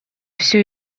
все